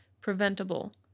preventable